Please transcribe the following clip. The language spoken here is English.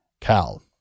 Cal